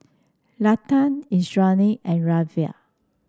Lata Indranee and Ramdev